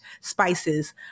spices